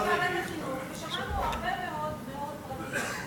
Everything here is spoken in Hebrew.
ישבנו אתמול בוועדת החינוך ושמענו הרבה מאוד פרטים,